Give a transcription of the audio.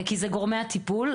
כי אלה גורמי הטיפול,